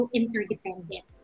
interdependent